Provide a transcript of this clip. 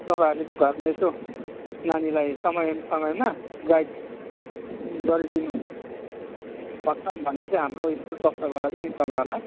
तपाईँहरूले चाहिँ घरमा यसो नानीलाई समय समयमा गाइड गरिदिनु पर्छ भन्ने चाहिँ हाम्रो स्कुल पक्षबाट चाहिँ तपाईँहरूलाई